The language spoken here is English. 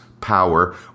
power